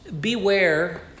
Beware